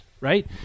Right